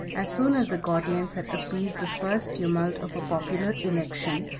as soon as the gordians had appeased the first tumult of a popular election,